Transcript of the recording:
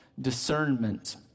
discernment